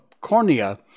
cornea